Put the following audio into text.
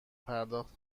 پرداخت